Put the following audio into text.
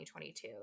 2022